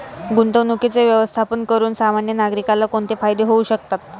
गुंतवणुकीचे व्यवस्थापन करून सामान्य नागरिकाला कोणते फायदे होऊ शकतात?